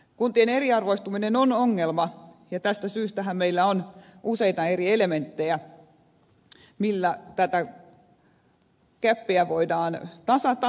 kuntien eriarvoistuminen on ongelma ja tästä syystähän meillä on useita eri elementtejä millä tätä gäppiä voidaan tasata